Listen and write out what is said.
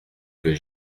que